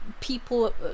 people